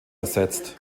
ersetzt